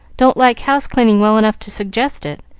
don't like house-cleaning well enough to suggest it.